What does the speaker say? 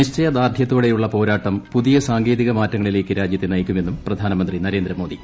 നിശ്ചയദാർഢ്യത്തോടെയുള്ള പോരാട്ടം പൂതിയ സാങ്കേതിക മാറ്റങ്ങളിലേയ്ക്ക് രാജ്യത്തെ നയിക്കുന്നുവെന്നും പ്രധാനമന്ത്രി നരേന്ദ്രമോദി